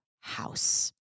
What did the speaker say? house